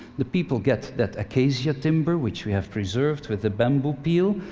the people get that acacia timber which we have preserved with the bamboo peel,